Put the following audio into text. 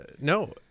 no